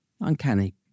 uncanny